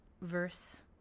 verse